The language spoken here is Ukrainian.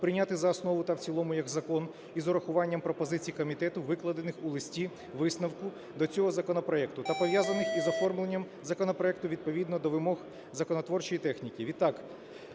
прийняти за основу та в цілому як закон з урахуванням пропозицій комітету, викладених у листі-висновку до цього законопроекту та пов'язаних із оформленням законопроекту відповідно до вимог законотворчої техніки.